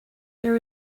there